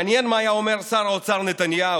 מעניין מה היה אומר שר האוצר נתניהו,